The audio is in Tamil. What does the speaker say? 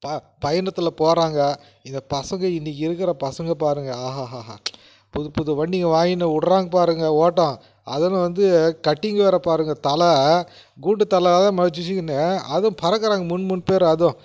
பா பயணத்தில் போகிறாங்க எங்கள் பசங்கள் இன்றைக்கு இருக்கிற பசங்கள் பாருங்கள் ஆஹாஹாஹா புதுப்புது வண்டிங்க வாங்கின்னு விடுறாங்க பாருங்கள் ஓட்டம் அதிலும் வந்து கட்டிங் வேறு பாருங்கள் தலை கூண்டு தலை வச்சுக்கின்னு அதுவும் பறக்கிறாங்க மூணு மூணு பேரு அதுவும்